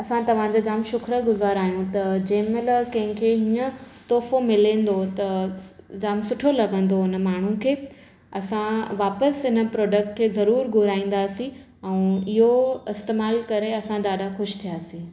असां तव्हांजे जाम शुख़्रगुज़ार आहियूं त जंहिं महिल कंहिं खे हीअं तोहोफ़ो मिलिंदो त जाम सुठो लॻंदो हुन माण्हुनि खे असां वापसि हिन प्राडक्ट खे ज़रूरु घुराईंदासीं ऐं इहो इस्तेमालु करे असां ॾाढा ख़ुशि थियासीं